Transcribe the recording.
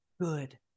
Good